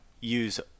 use